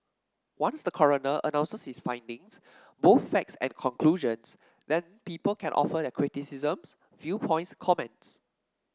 once the coroner announces his findings both facts and conclusions then people can offer their criticisms viewpoints comments